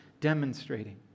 demonstrating